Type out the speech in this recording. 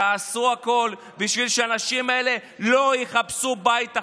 תעשו הכול בשביל שהאנשים האלה לא יחפשו בית אחר.